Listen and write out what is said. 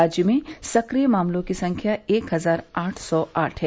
राज्य में सक्रिय मामलों की संख्या एक हजार आठ सौ आठ है